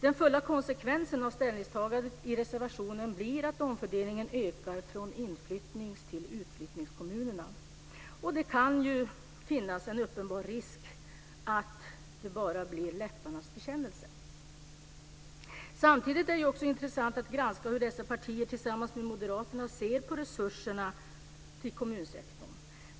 Den fulla konsekvensen av ställningstagandet i reservationen blir att omfördelningen ökar från inflyttnings till utflyttningskommunerna. Det finns en uppenbar risk för att det bara blir en läpparnas bekännelse. Samtidigt är det också intressant att granska hur dessa partier tillsammans med Moderaterna ser på resurserna till kommunsektorn.